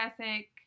ethic